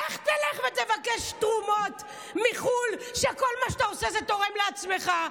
איך תלך ותבקש תרומות מחו"ל כשכל מה שאתה עושה זה תורם לעצמך?